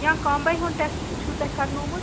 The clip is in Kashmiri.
یا کامباے ہنٚد ٹیٚسٹ چھُ تۄہہِ کَرنومُت